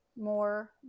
more